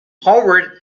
howard